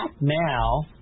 now